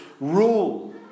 rule